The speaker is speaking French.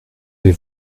vais